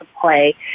play